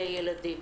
לילדים.